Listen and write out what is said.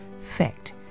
Fact